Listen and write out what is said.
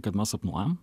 kad mes sapnuojam